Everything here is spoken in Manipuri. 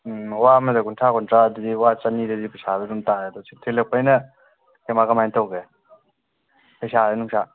ꯋꯥ ꯑꯃꯗ ꯀꯨꯟꯊ꯭ꯔꯥ ꯀꯨꯟꯊ꯭ꯔꯥ ꯑꯗꯨꯗꯤ ꯋꯥ ꯆꯅꯤꯗꯗꯤ ꯄꯩꯁꯥꯗꯣ ꯑꯗꯨꯝ ꯇꯥꯔꯦ ꯑꯗꯨꯗꯤ ꯊꯤꯜꯂꯛꯄꯒꯤꯅ ꯀꯃꯥꯏ ꯀꯃꯥꯏꯅ ꯇꯧꯕꯒꯦ ꯄꯩꯁꯥ ꯅꯨꯡꯁꯥ